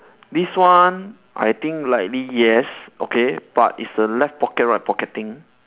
this one I think likely yes okay but it's a left pocket right pocket thing